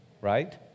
right